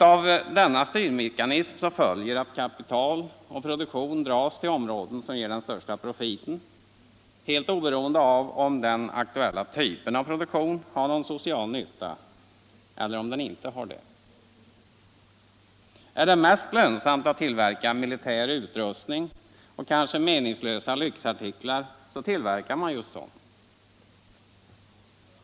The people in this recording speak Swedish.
Av denna styrmekanism följer att kapital och produktion dras till områden som ger den största profiten, helt oberoende av om den aktuella typen av produktion har någon social nytta eller ej. Är det mest lönsamt att tillverka militär utrustning och meningslösa lyxartiklar så tillverkar man sådana.